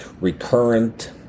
recurrent